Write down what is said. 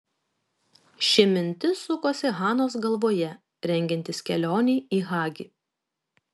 ši mintis sukosi hanos galvoje rengiantis kelionei į hagi